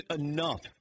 enough